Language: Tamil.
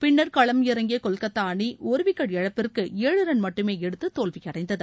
பின்னர் களம் இறங்கிய கொல்கத்தா அணி ஒரு விக்கெட் இழப்பிற்கு ஏழு ரன் மட்டுமே எடுத்து தோல்வியடைந்தது